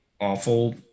awful